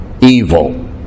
evil